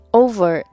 over